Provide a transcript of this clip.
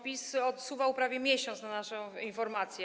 PiS odsuwał prawie miesiąc naszą informację.